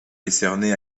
décerné